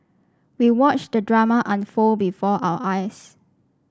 we watched the drama unfold before our eyes